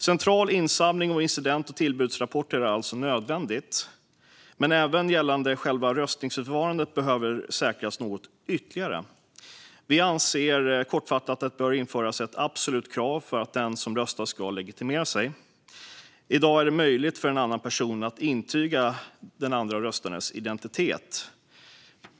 Central insamling av incident och tillbudsrapporter är alltså nödvändigt. Men även själva röstningsförfarandet behöver säkras ytterligare. Vi anser kortfattat att det bör införas ett absolut krav på att den som röstar ska legitimera sig. I dag är det möjligt för en annan person att intyga den andra röstarens identitet.